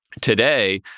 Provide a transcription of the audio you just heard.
today